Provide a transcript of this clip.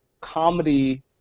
comedy